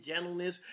gentleness